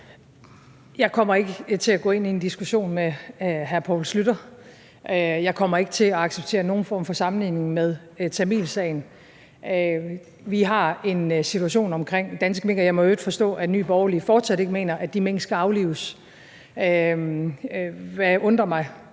Jeg kommer ikke til at gå ind i en diskussion om hr. Poul Schlüter. Jeg kommer ikke til at acceptere nogen form for sammenligning med tamilsagen. Vi har en situation omkring danske mink, og jeg må i øvrigt forstå, at Nye Borgerlige fortsat ikke mener, at de mink skal aflives, hvilket undrer mig